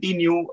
new